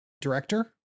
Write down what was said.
director